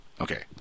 Okay